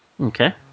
Okay